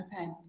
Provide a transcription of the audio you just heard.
Okay